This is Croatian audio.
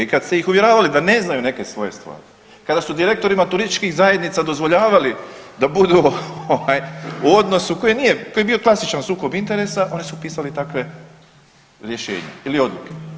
I kad ste ih uvjeravali da ne znaju neke svoje stvari, kada su direktorima turističkih zajednica dozvoljavali da budu u odnosu koji nije, koji je bio klasičan sukob interesa oni su pisali takva rješenja ili odluke.